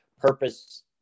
purpose